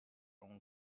own